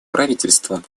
правительством